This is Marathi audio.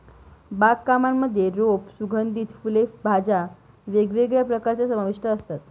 बाग कामांमध्ये रोप, सुगंधित फुले, भाज्या वेगवेगळ्या प्रकारच्या समाविष्ट असतात